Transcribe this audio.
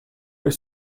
per